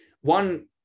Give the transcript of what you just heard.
One